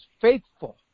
faithful